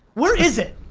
where is it?